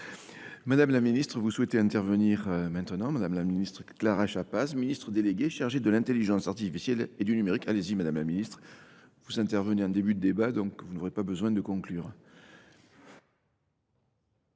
Madame la Ministre, vous souhaitez intervenir maintenant. Madame la Ministre Clara Chapaz, ministre déléguée chargée de l'Intelligence Artificielle et du Numérique. Allez-y, Madame la Ministre. Vous intervenez en début de débat, donc vous n'aurez pas besoin de conclure.